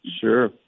Sure